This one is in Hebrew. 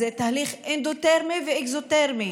זה תהליך אנדותרמי ואקסותרמי,